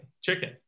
Chicken